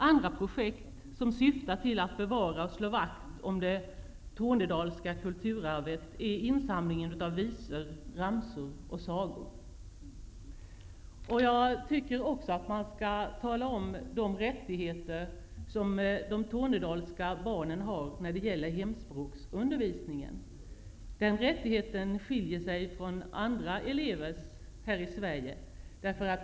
Andra projekt som syftar till att bevara och slå vakt om det tornedalska kulturarvet är insamlingen av visor, ramsor och sagor. Jag tycker också att man skall tala om de rättigheter som de tornedalska barnen har när det gäller hemspråksundervisning. Den rättigheten skiljer sig från andra elevers här i Sverige.